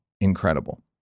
incredible